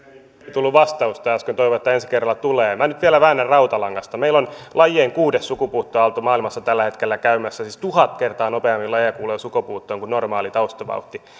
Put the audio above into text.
tullut vastausta äsken toivon että ensi kerralla tulee minä nyt vielä väännän rautalangasta meillä on lajien kuudes sukupuuttoaalto maailmassa tällä hetkellä käymässä siis tuhat kertaa nopeammin lajeja kuolee sukupuuttoon kuin normaalilla taustavauhdilla